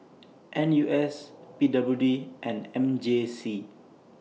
N U S P W D and M J C